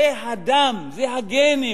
זה הדם, זה הגנים,